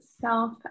Self